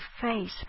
face